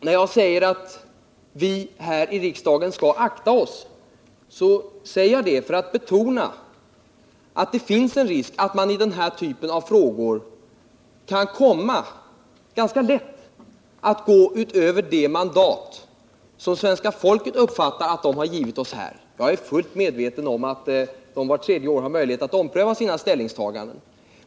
När jag säger att vi här i riksdagen skall akta oss så gör jag det för att betona att det finns en risk att man i denna typ av frågor ganska lätt kan komma att gå utöver det mandat svenska folket uppfattar att det har givit oss. Jag är fullt medveten om att det vart tredje år har möjlighet att ompröva sina ställningstaganden.